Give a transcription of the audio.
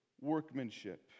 workmanship